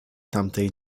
tamtej